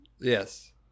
Yes